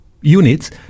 units